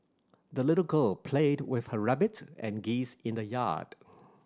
the little girl played with her rabbit and geese in the yard